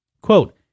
Quote